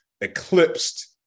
eclipsed